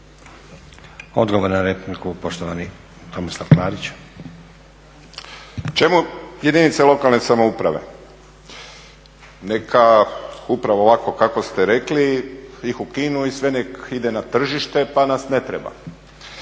Odgovor na repliku poštovani Tomislav Klarić. **Klarić, Tomislav (HDZ)** Čemu jedinice lokalne samouprave? Neka upravo ovako kako ste rekli ih ukinu i sve neka ide na tržište pa nas ne treba.